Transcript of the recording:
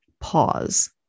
pause